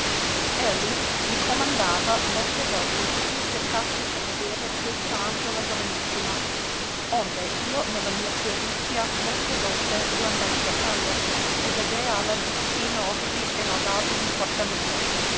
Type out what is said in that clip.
elli mi comandava molte volte che io cercasse per vedere questa angiola giovanissima onde io ne la mia puerizia molte volte l'andai cercando e vedèala di sì nobili e laudabili portamenti